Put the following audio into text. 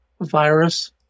virus